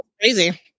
Crazy